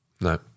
No